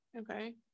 okay